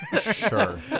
Sure